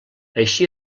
així